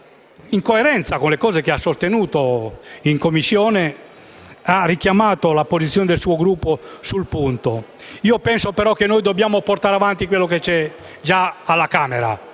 in coerenza con quanto ha sostenuto in Commissione ha richiamato la posizione del suo Gruppo sul punto. Penso però che dobbiamo portare avanti quello che c'è già alla Camera